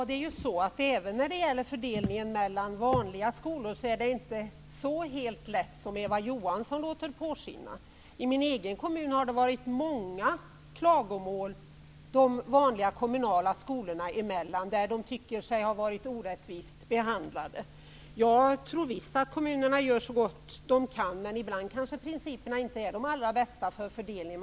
Herr talman! Även när det gäller fördelningen mellan vanliga skolor är det inte så enkelt som Eva Johansson låter påskina. I min egen kommun har det varit många klagomål från de kommunala skolorna. De tycker sig ha blivit orättvist behandlade. Jag tror visst att kommunerna gör så gott de kan, men ibland kanske principerna för fördelning inte är de allra bästa.